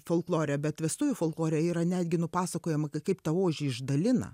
folklore bet vestuvių folklore yra netgi nupasakojama kaip tą ožį išdalina